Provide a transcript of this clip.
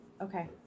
Okay